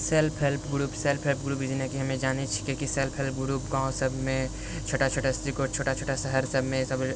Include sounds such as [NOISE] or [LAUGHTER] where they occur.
self help group self help group जेनाकि हमे जानै छियै की सेल्फ हेल्प ग्रुप गामसभमे छोटा छोटा [UNINTELLIGIBLE] छोटा छोटा शहर सभमे सभ